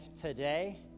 today